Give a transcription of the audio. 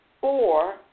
four